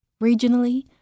Regionally